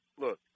look